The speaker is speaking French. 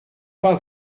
pas